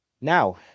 Now